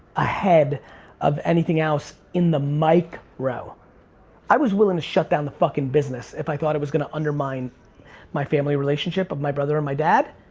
ahead of anything else in the micro. i was was willing to shut down the fuckin' business if i thought it was going to undermine my family relationship of my brother and my dad,